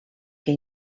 que